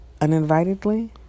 uninvitedly